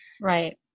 Right